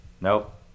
Nope